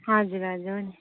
हजुर हजुर हुन्छ